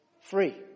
free